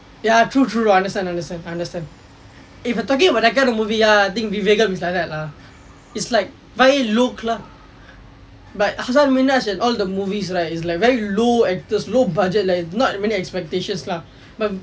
ya true true I understand understand understand eh but talking about that kind of movie I think Vivegam is like that lah is like very low class but hasan minhaj in all the movies right is like very low actors low budget like not many expectations lah but